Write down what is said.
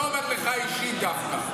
לא אומר לך אישי דווקא.